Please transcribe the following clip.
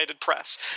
press